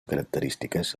característiques